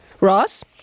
Ross